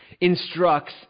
instructs